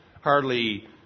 hardly